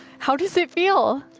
how does it feel?